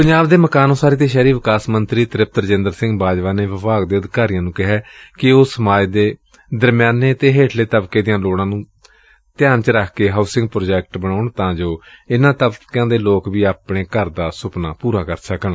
ਪੰਜਾਬ ਦੇ ਮਕਾਨ ਉਸਾਰੀ ਅਤੇ ਸ਼ਹਿਰੀ ਵਿਕਾਸ ਮੰਤਰੀ ਤ੍ਪਿਤ ਰਜਿੰਦਰ ਸਿੰਘ ਬਾਜਵਾ ਨੇ ਵਿਭਾਗ ਦੇ ਅਧਿਕਾਰੀਆਂ ਨੂੰ ਕਿਹੈ ਕਿ ਉਹ ਸਮਾਜ ਦੇ ਦਰਮਿਆਨੇ ਅਤੇ ਹੇਠਲੇ ਤਬਕੇ ਦੀਆਂ ਲੋੜਾਂ ਨੂੰ ਧਿਆਨ ਵਿੱਚ ਰੱਖ ਕੇ ਹਾਊਸਿੰਗ ਪ੍ਰਾਜੈਕਟ ਉਸਾਰਨ ਤਾਂ ਜੋ ਇਨ੍ਹਾਂ ਤਬਕਿਆ ਦੇ ਲੋਕ ਵੀ ਆਪਣੇ ਘਰ ਦਾ ਸੁਪਨਾ ਪੂਰਾ ਕਰ ਸਕਣ